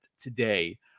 today